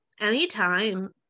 anytime